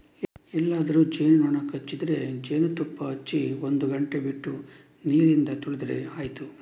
ಎಲ್ಲಾದ್ರೂ ಜೇನು ನೊಣ ಕಚ್ಚಿದ್ರೆ ಜೇನುತುಪ್ಪ ಹಚ್ಚಿ ಒಂದು ಗಂಟೆ ಬಿಟ್ಟು ನೀರಿಂದ ತೊಳೆದ್ರೆ ಆಯ್ತು